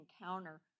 encounter